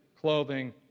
clothing